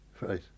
Right